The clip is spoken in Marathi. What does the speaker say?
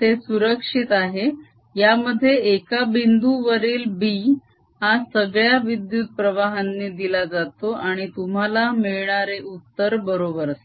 ते सुरक्षित आहे यामध्ये एका बिंदू वरील b हा सगळ्या विद्युत प्रवाहांनी दिला जातो आणि तुम्हाला मिळणारे उत्तर बरोबर असते